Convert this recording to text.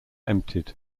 emptied